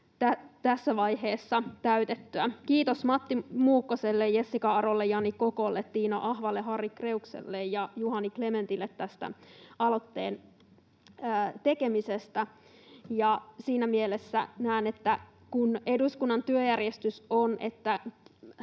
tässä vaiheessa täytettyä. Kiitos Matti Muukkoselle, Jessikka Arolle, Jani Kokolle, Tiina Ahvalle, Harri Kreukselle ja Juhani Klemetille tästä aloitteen tekemisestä. Siinä mielessä näen ja uskon, että kun eduskunnan työjärjestys on,